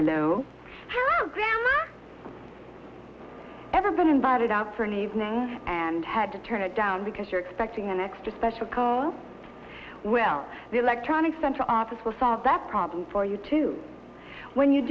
know how ever been invited out for an evening and had to turn it down because you're expecting an extra special call well the electronic central office will solve that problem for you too when you